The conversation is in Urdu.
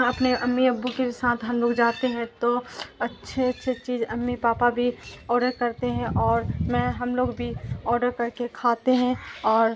اپنے امی ابو کے بھی ساتھ ہم لوگ جاتے ہیں تو اچھے اچھے چیز امی پاپا بھی آڈر کرتے ہیں اور میں ہم لوگ بھی آڈر کر کے کھاتے ہیں اور